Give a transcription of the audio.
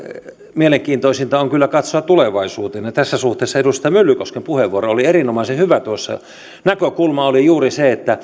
mielenkiintoisinta on kyllä katsoa tulevaisuuteen ja tässä suhteessa edustaja myllykosken puheenvuoro oli erinomaisen hyvä tuossa näkökulma oli juuri se